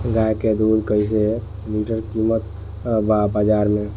गाय के दूध कइसे लीटर कीमत बा बाज़ार मे?